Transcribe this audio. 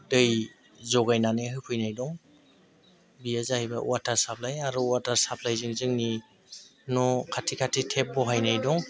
दै जगायनानै होफैनाय दं बेयो जाहैबाय वाटार साप्लाय आरो वाटार साप्लायजों जोंनि न' खाथि खाथि टेप बहायनाय दं